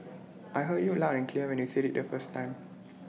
I heard you loud and clear when you said IT the first time